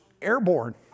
airborne